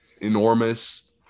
enormous